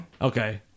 Okay